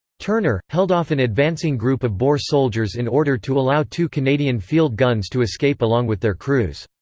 turner, held off an advancing group of boer soldiers in order to allow two canadian field guns to escape along with their crews.